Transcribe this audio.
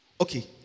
Okay